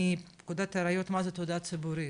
מפקודת הראיות מה היא תעודה ציבורית.